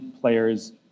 players